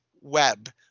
web